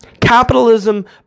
Capitalism